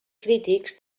crítics